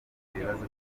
ibibazo